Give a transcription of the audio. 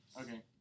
Okay